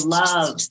love